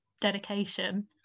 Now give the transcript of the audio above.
dedication